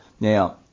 Now